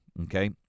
okay